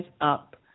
up